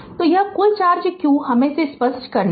तो यह कुल चार्ज q हमे इसे स्पष्ट करने दें